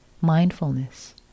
mindfulness